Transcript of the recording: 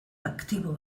aktibo